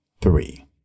three